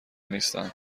نیستند